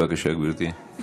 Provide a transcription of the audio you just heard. בבקשה, גברתי.